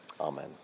amen